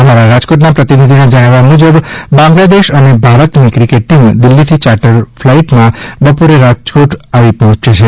અમારા રાજકોટના પ્રતિનિધિના જણાવ્યા મુજબ બાંગ્લાદેશ અને ભારતની ક્રિકેટ ટીમ દિલ્હીથી ચાર્ટડ ફલાઇટમાં બપોરે રાજકોટ આવી પહોંચી છે